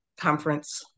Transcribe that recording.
conference